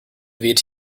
weht